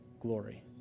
glory